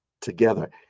together